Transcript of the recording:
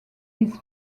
his